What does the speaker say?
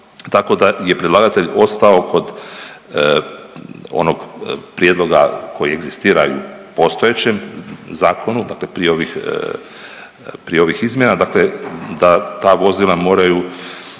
tako da je predlagatelj ostao kod onog prijedloga koji egzistira i u postojećem zakonu, dakle prije ovih, prije ovih izmjena, dakle da ta vozila moraju